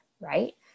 right